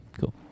cool